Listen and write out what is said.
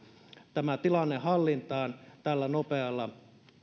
tilanteen hallintaan tällä nopealla